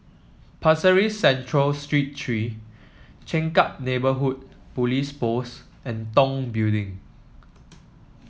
Pasir Ris Central Street Three Changkat Neighbourhood Police Post and Tong Building